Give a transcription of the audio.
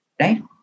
right